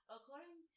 According